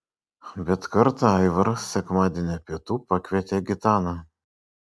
bet kartą aivaras sekmadienio pietų pakvietė gitaną